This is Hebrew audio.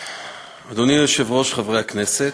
--- אדוני היושב-ראש, חברי הכנסת,